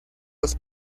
los